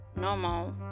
normal